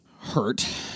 hurt